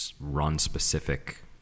run-specific